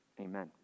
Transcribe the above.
Amen